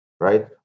right